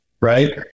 right